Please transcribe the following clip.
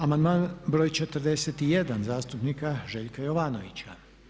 Amandman br. 41. zastupnika Željka Jovanovića.